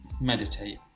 meditate